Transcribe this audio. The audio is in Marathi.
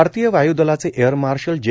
भारतीय वायू दलाचे एअर मार्शल जे